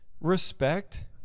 respect